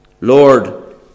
Lord